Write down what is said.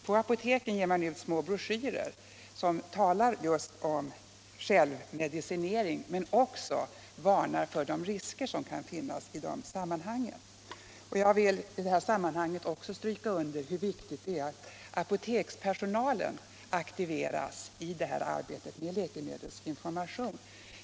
På apoteken ger man ut små broschyrer som just talar om självmedicinering men också varnar för de risker som kan föreligga i de sammanhangen. Jag vill också stryka under hur viktigt det är att apotekspersonalen aktiveras i arbetet med läkemedelsinformation.